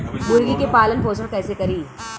मुर्गी के पालन पोषण कैसे करी?